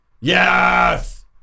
yes